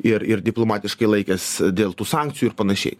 ir ir diplomatiškai laikęs dėl tų sankcijų ir panašiai